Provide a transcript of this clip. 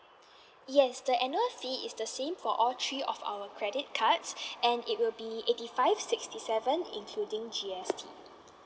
yes the annual fee is the same for all three of our credit cards and it will be eighty five sixty seven including G_S_T